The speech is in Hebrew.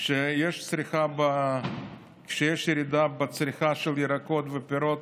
כשיש ירידה של 20% בצריכה של ירקות ופירות